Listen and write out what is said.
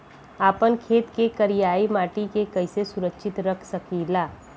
आपन खेत के करियाई माटी के कइसे सुरक्षित रख सकी ला?